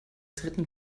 dritten